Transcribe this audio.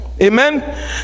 amen